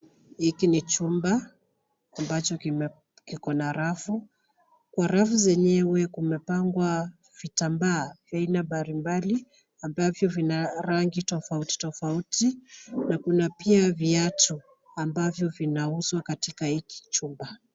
Hiki ni chumba ambacho kikona rafu. Kwa rafu zenyewe kumepangwa vitambaa vya aina mbalimbali ambavyo vina rangi tofauti tofauti na kuna pia viatu ambavyo vinauzwa katika hiki chumba.